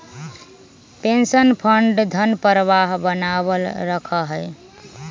pension fund धन प्रवाह बनावल रखा हई